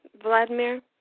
Vladimir